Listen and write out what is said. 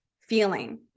feeling